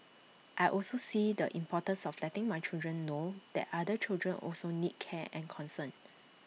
I also see the importance of letting my children know that other children also need care and concern